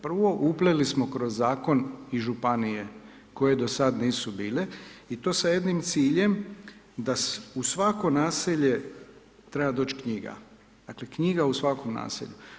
Prvo, upleli smo kroz Zakon i županije koje do sad nisu bile i to sa jednim ciljem da u svako naselje treba doć knjiga, dakle, knjiga u svakom naselju.